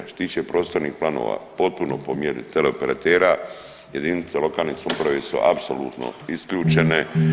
Što se tiče prostornih planova potpuno po mjeri teleoperatera, jedinice lokalne samouprave su apsolutno isključene.